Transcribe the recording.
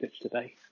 today